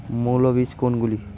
মৌল বীজ কোনগুলি?